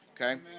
okay